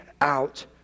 out